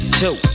two